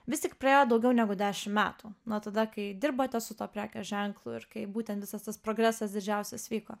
vis tik praėjo daugiau negu dešim metų nuo tada kai dirbote su tuo prekės ženklu ir kaip būtent visas tas progresas didžiausias vyko